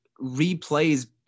replays